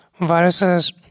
viruses